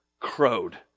crowed